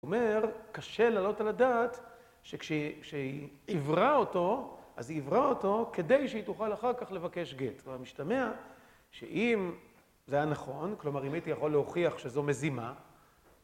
... אומר, קשה להעלות על הדעת שכשהיא... כשהיא... עיוורה אותו, אז היא עיוורה אותו כדי שהיא תוכל אחר כך לבקש גט. כלומר, משתמע שאם זה היה נכון, כלומר, אם הייתי יכול להוכיח שזו מזימה...